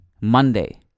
Monday